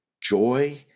joy